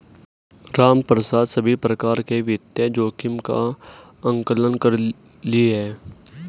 रामप्रसाद सभी प्रकार के वित्तीय जोखिम का आंकलन कर लिए है